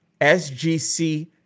SGC